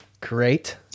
Great